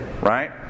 right